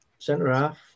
centre-half